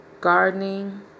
gardening